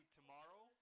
tomorrow